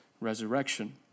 resurrection